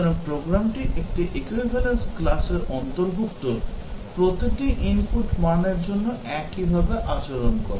সুতরাং প্রোগ্রামটি একটি equivalence class র অন্তর্ভুক্ত প্রতিটি ইনপুট মানের জন্য একইভাবে আচরণ করে